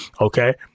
Okay